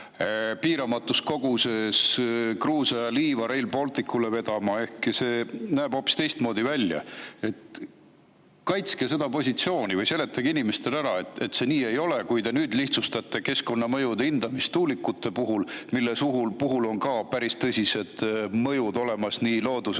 piiramatus koguses kruusa ja liiva Rail Balticule vedama, ehkki see näeb hoopis teistmoodi välja. Kaitske seda positsiooni või seletage inimestele ära, et see nii ei ole, kui te nüüd lihtsustate keskkonnamõjude hindamist tuulikute puhul, mille puhul on ka päris tõsised mõjud olemas nii loodusele